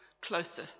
closer